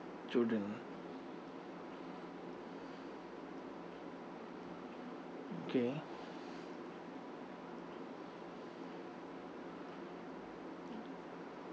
children okay